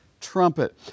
trumpet